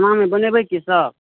आइ बनेबै की सब